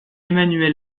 emmanuel